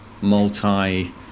multi